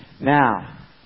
now